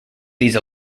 these